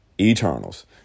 Eternals